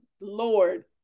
Lord